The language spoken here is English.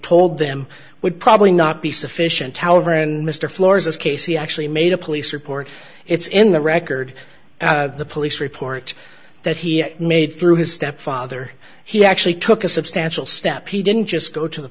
told them would probably not be sufficient however and mr floors this case he actually made a police report it's in the record the police report that he made through his stepfather he actually took a substantial step he didn't just go to the